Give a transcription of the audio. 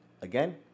Again